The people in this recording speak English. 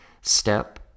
step